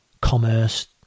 commerce